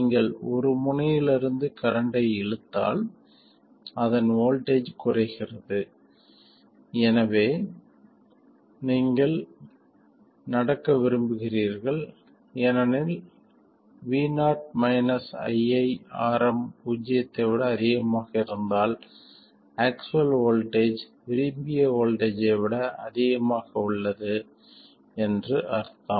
நீங்கள் ஒரு முனையிலிருந்து கரண்ட்டை இழுத்தால் அதன் வோல்ட்டேஜ் குறைகிறது இதுவே நீங்கள் நடக்க விரும்புகிறீர்கள் ஏனெனில் vo iiRm பூஜ்ஜியத்தை விட அதிகமாக இருந்தால் ஆக்சுவல் வோல்ட்டேஜ் விரும்பிய வோல்ட்டேஜ் ஐ விட அதிகமாக உள்ளது என்று அர்த்தம்